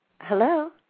hello